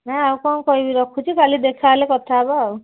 ନା ଆଉ କ'ଣ କହିବି ରଖୁଛି କାଲି ଦେଖା ହେଲେ କଥା ହେବା ଆଉ